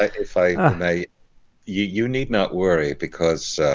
i mean you you need not worry because